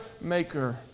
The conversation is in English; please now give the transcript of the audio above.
Maker